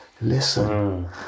listen